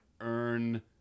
earn